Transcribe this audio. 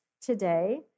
today